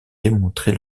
démontrer